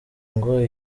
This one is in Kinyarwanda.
ngo